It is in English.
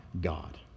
God